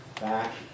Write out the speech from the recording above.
back